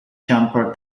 jumper